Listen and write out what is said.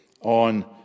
on